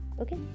Okay